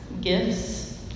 gifts